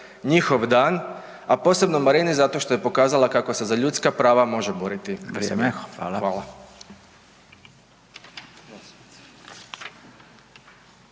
njihov dan, a posebno Marini zato što je pokazala kako se za ljudska prava može boriti …